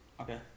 Okay